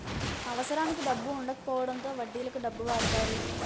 అవసరానికి డబ్బు వుండకపోవడంతో వడ్డీలకు డబ్బు వాడతారు